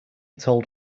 told